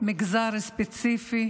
מגזר ספציפי